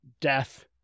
death